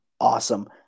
awesome